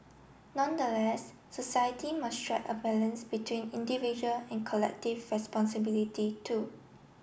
nonetheless society must strike a balance between individual and collective responsibility too